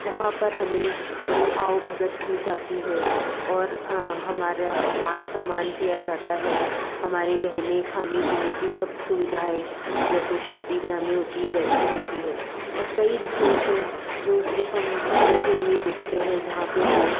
जहाँ पर हमें बड़े आवभगत की जाती है और हमारा मान सम्मान किया जाता है हमारे रहने खाने पीने की सब सुविधाएँ जैसे शादि ब्याह में होती हैं वैसी होती हैं और कई रिसोर्ट है जो सिर्फ़ हम रुकने के लिए देखते हैं जहाँ पर हमें